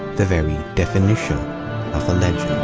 the very definition of a